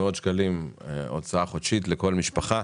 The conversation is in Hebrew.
ובמאות שקלים הוצאה חודשית לכל משפחה.